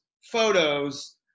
photos